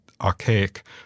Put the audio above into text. archaic